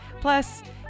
Plus